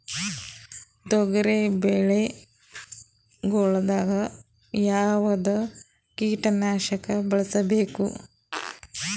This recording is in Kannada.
ತೊಗರಿಬೇಳೆ ಗೊಳಿಗ ಯಾವದ ಕೀಟನಾಶಕ ಬಳಸಬೇಕು?